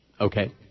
Okay